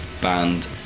band